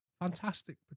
fantastic